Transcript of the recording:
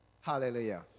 Hallelujah